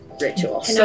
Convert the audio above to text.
ritual